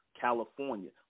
California